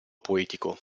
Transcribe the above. poetico